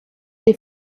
des